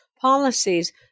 policies